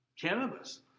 cannabis